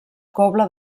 cobla